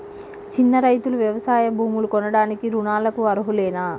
చిన్న రైతులు వ్యవసాయ భూములు కొనడానికి రుణాలకు అర్హులేనా?